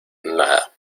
nada